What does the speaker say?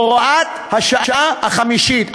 הוראת השעה החמישית.